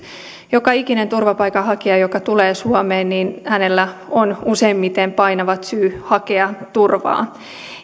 joka ikisellä turvapaikanhakijalla joka tulee suomeen on useimmiten painavat syyt hakea turvaa